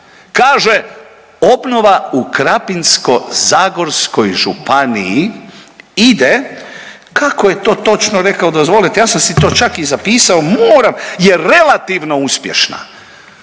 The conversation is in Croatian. kaže obnova u Krapinsko-zagorskoj županiji ide, kako je to točno rekao dozvolite, ja sam si to čak i zapisao moram, je relativno uspješna.